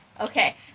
Okay